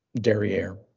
derriere